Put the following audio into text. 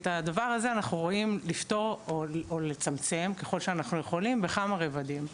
את הדבר אנחנו רואים לפתור או לצמצם ככל שאנחנו יכולים בכמה רבדים.